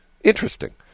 interesting